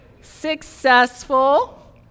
successful